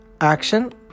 action